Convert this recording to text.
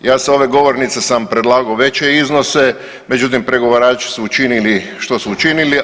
Ja sa ove govornice sam predlagao veće iznose, međutim pregovarači su učinili što su učinili.